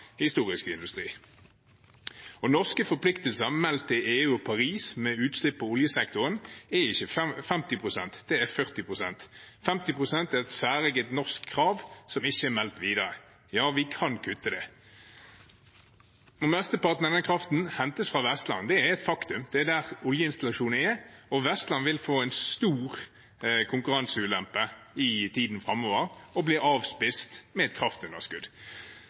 historisk industri. Norske forpliktelser meldt til EU og Paris med utslipp fra oljesektoren er ikke 50 pst., det er 40 pst. 50 pst. er et særegent norsk krav som ikke er meldt videre. Ja, vi kan kutte det. Mesteparten av den kraften hentes fra Vestland, det er et faktum, det er der oljeinstallasjonene er, og Vestland vil få en stor konkurranseulempe i tiden framover og blir avspist med et kraftunderskudd.